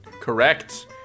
Correct